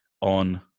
on